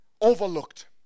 overlooked